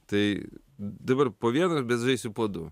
tai dabar po vieną bet žaisiu po du